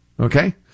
Okay